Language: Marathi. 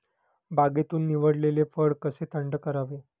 बागेतून निवडलेले फळ कसे थंड करावे?